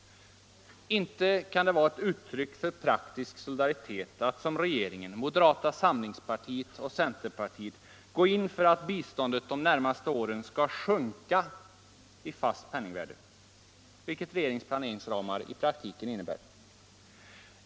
Inte kan det vara ett uttryck för praktisk solidaritet att som regeringen, moderata samlingspartiet och centerpartiet gå in för att biståndet de närmaste åren skall sjunka i fast penningvärde, vilket regeringens planeringsramar innebär.